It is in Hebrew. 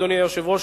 אדוני היושב-ראש,